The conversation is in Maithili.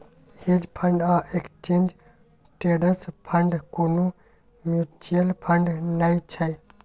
हेज फंड आ एक्सचेंज ट्रेडेड फंड कुनु म्यूच्यूअल फंड नै छै